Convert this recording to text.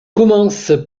commence